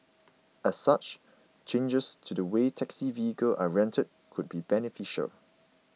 as such changes to the way taxi vehicles are rented could be beneficial